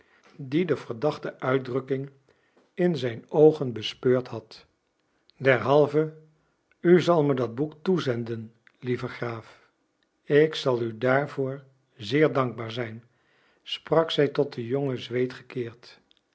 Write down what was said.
die de verdachte uitdrukking in zijn oogen bespeurd had derhalve u zal me dat boek toezenden lieve graaf ik zal u daarvoor zeer dankbaar zijn sprak zij tot den jongen zweed gekeerd